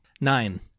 Nine